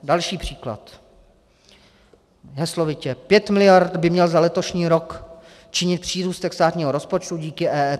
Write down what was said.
Další příklad, heslovitě: Pět miliard by měl za letošní rok činit přírůstek státního rozpočtu díky EET.